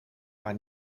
maar